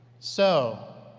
so,